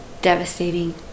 devastating